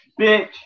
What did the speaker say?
bitch